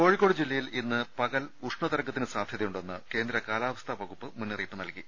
കോഴിക്കോട് ജില്ലയിൽ ഇന്ന് പകൽ ഉഷ്ണതരംഗത്തിന് സാധ്യതയുണ്ടെന്ന് കേന്ദ്ര കാലാവസ്ഥാ വകുപ്പ് മുന്നറിയിപ്പ് നൽകി